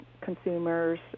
consumers